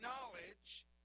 knowledge